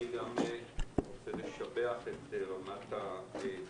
גם אני רוצה לשבח את רמת הדיון.